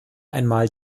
einmal